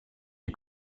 est